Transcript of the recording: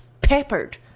peppered